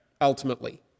ultimately